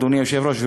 אדוני היושב-ראש,